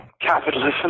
Capitalism